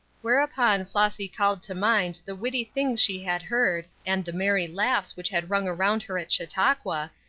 whereupon flossy called to mind the witty things she had heard, and the merry laughs which had rung around her at chautauqua,